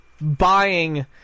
buying